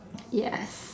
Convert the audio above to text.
yes